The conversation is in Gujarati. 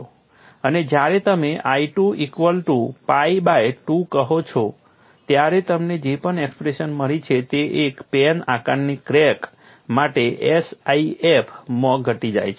અને જ્યારે તમે I2 equal to pi by 2 કહો છો ત્યારે તમને જે પણ એક્સપ્રેશન મળી છે તે એક પેની આકારની ક્રેક માટે SIF માં ઘટી જાય છે